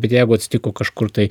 bet jeigu atsitiko kažkur tai